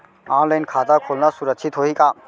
Online खाता खोलना सुरक्षित होही का?